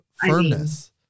firmness